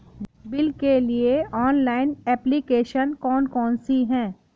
Bill के लिए online application कौन कौन सी हैं?